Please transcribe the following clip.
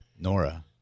Nora